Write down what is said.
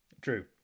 True